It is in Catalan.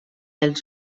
els